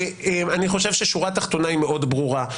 אני חושב ששורה תחתונה היא מאוד ברורה.